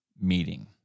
meeting